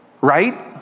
right